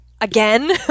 again